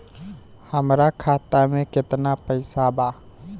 हमरा खाता मे केतना पैसा बा?